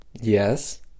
Yes